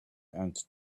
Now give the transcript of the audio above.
and